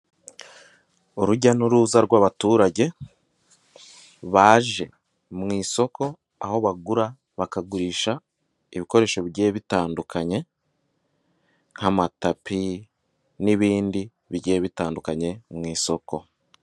Urujya n'uruza rw'abaturage, baje mu isoko aho bagura bakagurisha ibikoresho bigiye bitandukanye nk'amatapi n'ibindi bigiye bitandukanye mu isoko.